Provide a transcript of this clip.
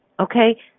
okay